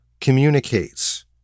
communicates